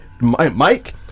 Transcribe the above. Mike